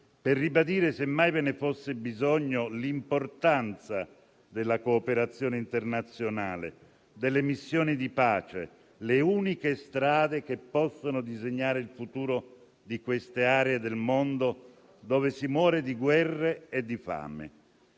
per ribadire - semmai ve ne fosse bisogno - l'importanza della cooperazione internazionale, delle missioni di pace, le uniche strade che possono disegnare il futuro di queste aree del mondo, dove si muore di guerre e di fame.